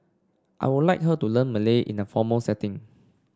I would like her to learn Malay in a formal setting